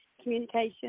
communication